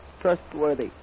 trustworthy